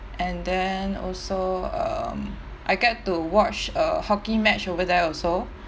and then also um I get to watch a hockey match over there also